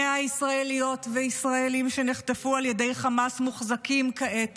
100 ישראליות וישראלים שנחטפו על ידי חמאס מוחזקים כעת